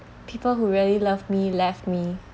people who really love me left me